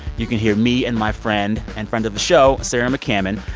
you can hear me and my friend and friend of the show sarah mccammon.